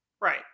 Right